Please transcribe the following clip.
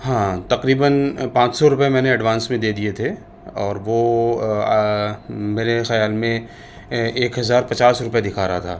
ہاں تقریباً پانچ سو روپئے میں نے ایڈوانس میں دے دیے تھے اور وہ میرے خیال میں ایک ہزار پچاس روپئے دکھا رہا تھا